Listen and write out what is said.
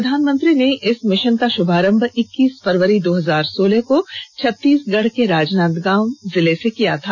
प्रधानमंत्री ने इस मिशन का शुभारंभ इक्कीस फरवरी दो हजार सोलह को छत्तीसगढ़ के राजनाथगांव जिले में किया था